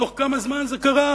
בתוך כמה זמן זה קרה?